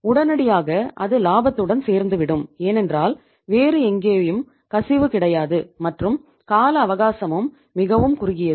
உடனடியாக அது லாபத்துடன் சேர்ந்துவிடும் ஏனென்றால் வேறு எங்கேயும் கசிவு கிடையாது மற்றும் கால அவகாசமும் மிகவும் குறுகியது